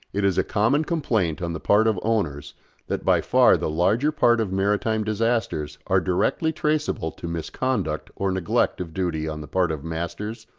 it is a common complaint on the part of owners that by far the larger part of maritime disasters are directly traceable to misconduct or neglect of duty on the part of masters,